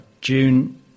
June